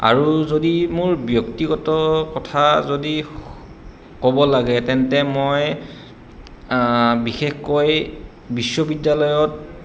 আৰু যদি মোৰ ব্যক্তিগত কথা যদি ক'ব লাগে তেন্তে মই বিশেষকৈ বিশ্ববিদ্যালয়ত